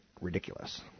ridiculous